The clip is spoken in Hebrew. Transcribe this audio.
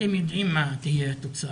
אתם יודעים מה תהיה התוצאה.